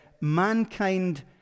Mankind